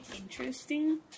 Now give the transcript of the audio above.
interesting